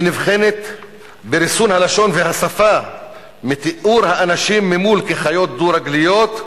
היא נבחנת בריסון הלשון והשפה מתיאור האנשים ממול כחיות דו-רגליות,